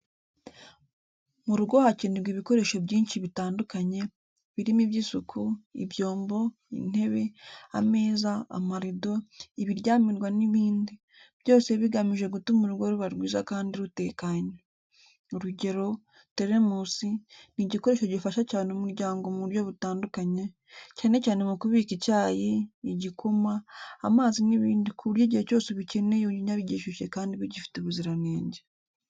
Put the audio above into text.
Mu rugo hakenerwa ibikoresho byinshi bitandukanye, birimo iby’isuku, ibyombo, intebe, ameza, amarindo, ibiryamirwa n’ibindi, byose bigamije gutuma urugo ruba rwiza kandi rutekanye. Urugero, teremusi ni igikoresho gifasha cyane umuryango mu buryo butandukanye, cyane cyane mu kubika icyayi, igikoma, amazi n’ibindi, ku buryo igihe cyose ubikeneye ubinywa bigishyushye kandi bigifite ubuziranenge.